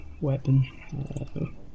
weapon